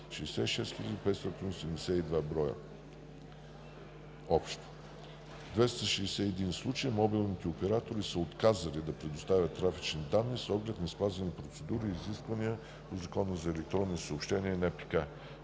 66 582 броя. В 261 случая мобилните оператори са отказали да предоставят трафични данни с оглед неспазени процедури и изисквания на Закона за електронните съобщения и